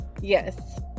Yes